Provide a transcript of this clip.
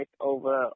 over